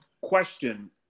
question